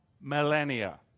millennia